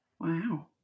Wow